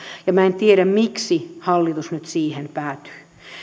ja en tiedä miksi hallitus nyt siihen päätyy